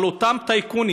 אבל אותם טייקונים,